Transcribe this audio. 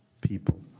people